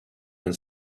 and